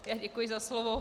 Já děkuji za slovo.